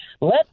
Let